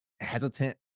hesitant